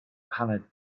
paned